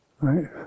right